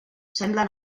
semblen